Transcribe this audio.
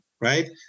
right